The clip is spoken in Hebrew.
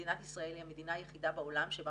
מדינת ישראל היא המדינה היחידה בעולם שבה